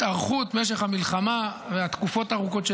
התארכות המלחמה והתקופות הארוכות של